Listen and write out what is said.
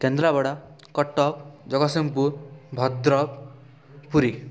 Kendrapara Cuttack Jagatsinghpur Bhadrak Puri